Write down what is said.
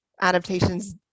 adaptations